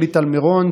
שלי טל מירון,